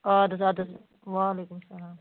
اَدٕ حظ اَدٕ حظ وعلیکُم السَلام